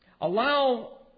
Allow